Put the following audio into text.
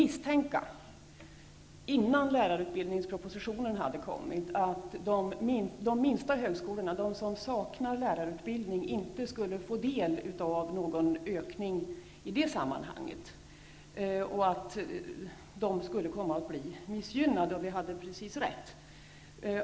Innan lärarutbildningspropositionen hade kommit kunde vi misstänka att de minsta högskolorna, de som saknar lärarutbildning, inte i det sammanhanget skulle få del av någon ökning och att de skulle komma att bli missgynnade, och vi hade alldeles rätt.